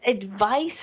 advice